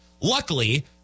Luckily